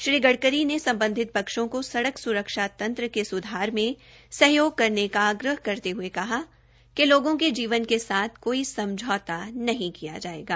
श्री गडकरी ने सम्बधित पक्षों को सड़क सुरक्षा तंत्र के सुधार में सहयोग करने का आग्रह करते हये कहा कि लोगों के जीवन के साथ कोई समझौता नहीं किया जायेगा